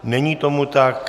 Není tomu tak.